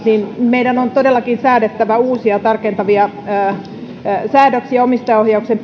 niin meidän on todellakin säädettävä uusia tarkentavia säädöksiä omistajaohjauksen